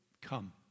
come